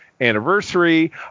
anniversary